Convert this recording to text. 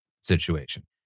situation